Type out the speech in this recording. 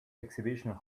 exhibition